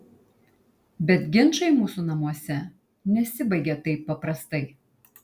bet ginčai mūsų namuose nesibaigia taip paprastai